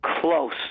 close